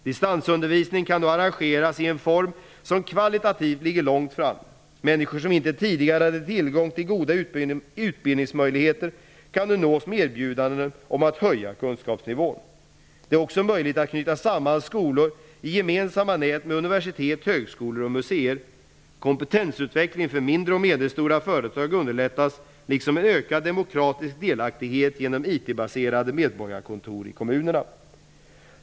Distansundervisning kan nu arrangeras i en form som kvalitativt ligger långt framme. Människor som inte tidigare hade tillgång till goda utbildningsmöjligheter kan nu nås med erbjudanden om att höja kunskapsnivån. Det är också möjligt att knyta samman skolor i gemensamma nät med universitet, högskolor och museer. Kompetensutveckling för mindre och medelstora företag underlättas liksom en ökad demokratisk delaktighet genom IT-baserade medborgarkontor i kommunerna.